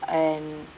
and